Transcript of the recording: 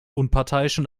unparteiischen